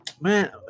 man